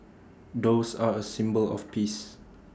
doves are A symbol of peace